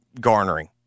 garnering